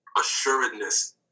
assuredness